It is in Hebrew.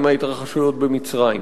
עם ההתרחשויות במצרים.